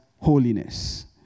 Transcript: holiness